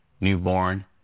newborn